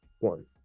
one